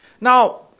Now